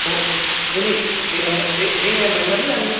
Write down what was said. ਉਹ ਨਹੀਂ ਨਹੀਂ ਇਹ ਅਮ ਇਹ ਨਹੀਂ ਇਹ ਅੰਮ੍ਰਿਤਸਰ ਨਹੀਂ ਜਾਣੀ